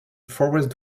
forest